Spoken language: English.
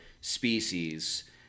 species